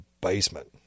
basement